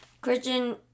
Christian